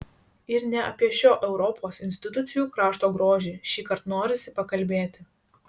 ir ne apie šio europos institucijų krašto grožį šįkart norisi pakalbėti